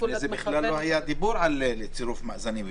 לפני כן בכלל לא היה דיבור על צירוף מאזנים.